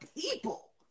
people